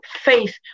faith